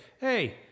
hey